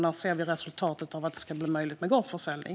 När ser vi att det ska bli möjligt med gårdsförsäljning?